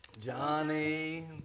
Johnny